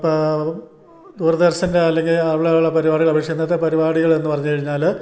ഇപ്പം ദൂരദർശൻ്റെ അല്ലെങ്കിൽ അവിടെയുള്ള പരിപാടികളെ അപേക്ഷിച്ചു ഇന്നത്തെ പരിപാടികളെന്നു പറഞ്ഞു കഴിഞ്ഞാൽ